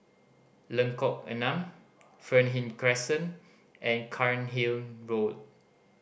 Lengkok Enam Fernhill Crescent and Cairnhill Road